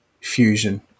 fusion